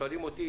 כששואלים אותי